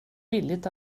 billigt